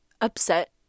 upset